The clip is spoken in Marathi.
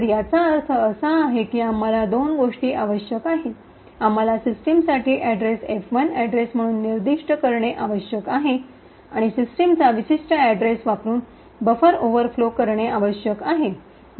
तर याचा अर्थ असा आहे की आम्हाला दोन गोष्टी आवश्यक आहेत आम्हाला सिस्टमसाठी अड्रेस F1 अड्रेस म्हणून निर्दिष्ट करणे आवश्यक आहे आणि सिस्टमचा विशिष्ट अड्रेस वापरुन बफर ओव्हरफ्लो करणे आवश्यक आहे